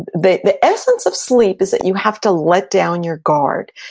the the essence of sleep is that you have to let down your guard.